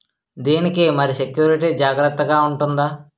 దీని కి మరి సెక్యూరిటీ జాగ్రత్తగా ఉంటుందా?